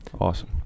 Awesome